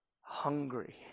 hungry